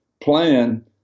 plan